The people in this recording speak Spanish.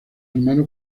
hermano